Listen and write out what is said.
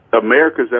America's